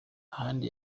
ahandi